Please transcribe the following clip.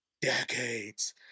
decades